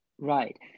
Right